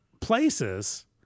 places